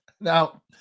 Now